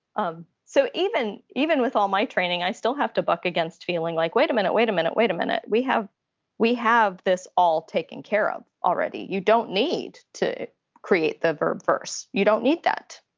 um so even even with all my training i still have to buck against feeling like wait a minute wait a minute wait a minute we have we have this all taken care of already. you don't need to create the verb vers. you don't need that.